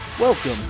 Welcome